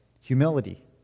humility